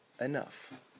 enough